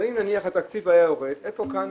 הרי אם נניח התקציב היה יורד אין פה כאן